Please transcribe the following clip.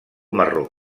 marró